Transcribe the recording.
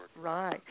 Right